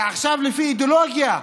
ועכשיו, לפי אידיאולוגיה,